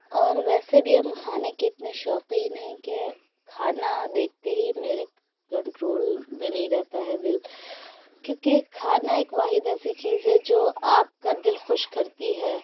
اور ویسے بھی ہم کھانے کے اتنے شوقین ہیں کہ کھانا دیکھتے ہی میرے کنٹرول میں نہیں رہتا ہے دل کیونکہ کھانا ایک واحد ایسی چیز ہے جو آپ کا دل خوش کرتی ہے